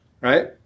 right